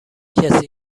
کسی